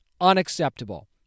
Unacceptable